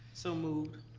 so moved.